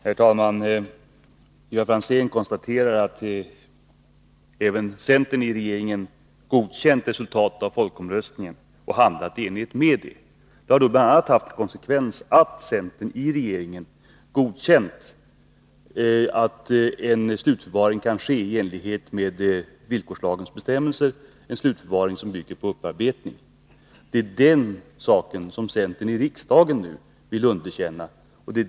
Herr talman! Ivar Franzén konstaterade att även centern i regeringen godkänt resultatet av folkomröstningen och handlat i enlighet med det. Det har då bl.a. haft till konsekvens att centern i regeringen godkänt att en slutförvaring kan ske i enlighet med villkorslagens bestämmelser, en slutförvaring som bygger på upparbetning. Det är den saken som centern nu i riksdagen vill underkänna.